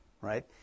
right